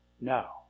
no